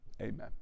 Amen